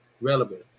relevant